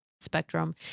spectrum